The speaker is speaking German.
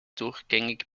durchgängig